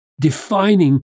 defining